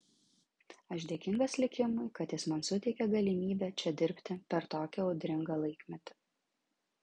aš dėkingas likimui kad jis man suteikė galimybę čia dirbti per tokį audringą laikmetį